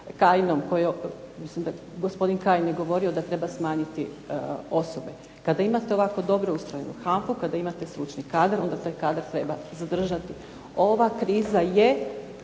Kajinom, mislim da gospodin Kajin je govorio da treba smanjiti osobe. Kada imate ovako dobro ustrojenu HANFA-u, kada imate stručni kadar, onda taj kadar treba zadržati. Ova kriza je